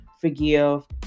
forgive